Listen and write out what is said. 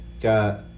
Got